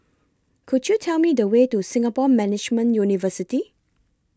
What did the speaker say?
Could YOU Tell Me The Way to Singapore Management University